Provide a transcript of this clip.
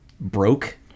Broke